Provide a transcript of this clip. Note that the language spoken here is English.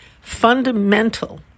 fundamental